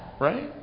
right